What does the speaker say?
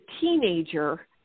teenager